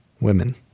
women